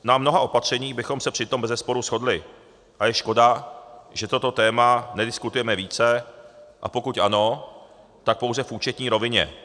Na mnoha opatřeních bychom se přitom bezesporu shodli a je škoda, že toto téma nediskutujeme více, a pokud ano, tak pouze v účetní rovině.